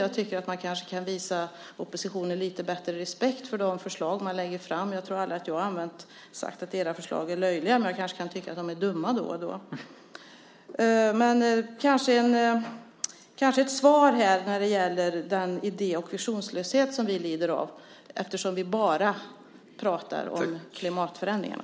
Jag tycker att man kanske kan visa oppositionen lite mer respekt för de förslag som man lägger fram. Jag tror att jag aldrig har sagt att era förslag är löjliga, men jag kanske kan tycka att de är dumma då och då. Det kanske är ett svar om den idé och visionslöshet som vi lider av eftersom vi bara pratar om klimatförändringarna.